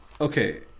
Okay